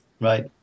right